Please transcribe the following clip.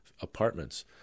apartments